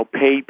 pay